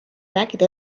rääkida